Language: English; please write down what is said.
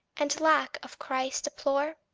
and lack of christ deplore,